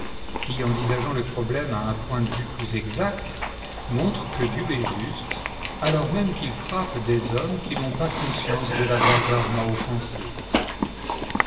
qui envisageant le problème à un point de vue plus exact montre que dieu est juste alors même qu'il frappe des hommes qui n'ont pas conscience de l'avoir gravement offensé